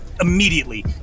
immediately